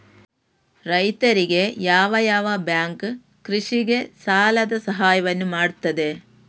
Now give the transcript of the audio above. ರೈತರಿಗೆ ಯಾವ ಯಾವ ಬ್ಯಾಂಕ್ ಕೃಷಿಗೆ ಸಾಲದ ಸಹಾಯವನ್ನು ಮಾಡ್ತದೆ?